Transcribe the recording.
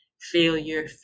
failure